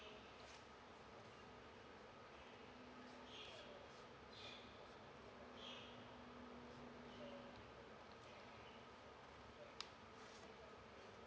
uh